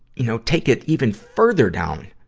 you know, take it even further down,